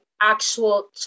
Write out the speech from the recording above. actual